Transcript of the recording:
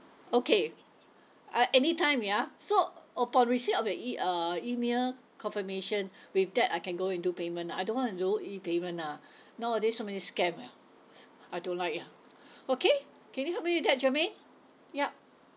okay uh any time ya so upon receipt of your e~ uh email confirmation with that I can go and do payment ah I don't want to do E payment ah nowadays so many scam ah I don't like ah okay can you help me do that jermaine yup